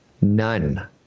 none